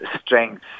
strength